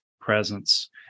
presence